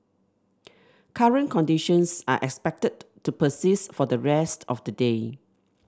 current conditions are expected to persist for the rest of the day